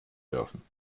dürfen